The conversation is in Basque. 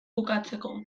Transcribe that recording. bukatzeko